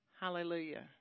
Hallelujah